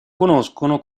conoscono